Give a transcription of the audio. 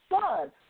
son